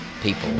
people